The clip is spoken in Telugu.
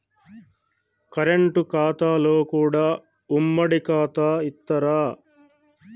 కరెంట్ ఖాతాలో కూడా ఉమ్మడి ఖాతా ఇత్తరా?